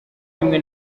rimwe